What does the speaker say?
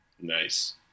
Nice